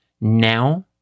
Now